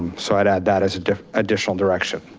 so i'd add that as an additional direction.